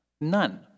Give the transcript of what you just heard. None